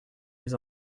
les